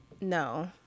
No